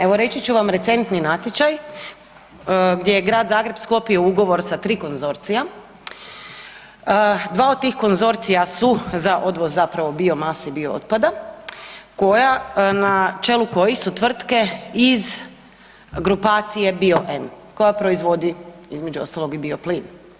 Evo reći ću vam recentni natječaj gdje je Grad Zagreb sklopio ugovor tri konzorcija, dva od tih konzorcija su za odvoz zapravo biomase i biootpada koja, na čelu kojih su tvrtke iz grupacije „Bioen“ koja proizvodi između ostalog i bioplin.